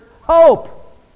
hope